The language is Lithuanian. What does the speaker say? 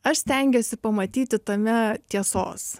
aš stengiuosi pamatyti tame tiesos